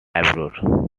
abroad